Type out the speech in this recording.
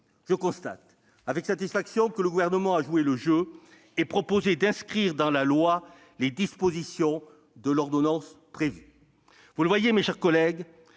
Je constate avec satisfaction que le Gouvernement a joué le jeu et proposé d'inscrire dans la loi les dispositions de l'ordonnance prévue. Vous le voyez, mes chers collègues,